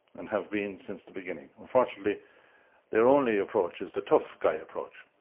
and have been since the beginning. unfortunately their only approach is the tough guy approach.